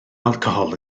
alcohol